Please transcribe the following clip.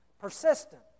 Persistent